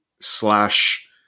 slash